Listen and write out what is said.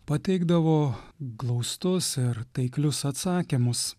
pateikdavo glaustus ir taiklius atsakymus